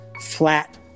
flat